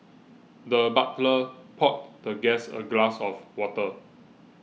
the butler poured the guest a glass of water